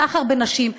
סחר בנשים.